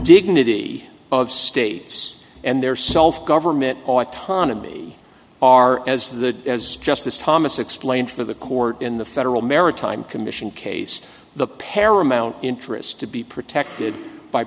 dignity of states and their self government autonomy are as the as justice thomas explained for the court in the federal maritime commission case the paramount interest to be protected by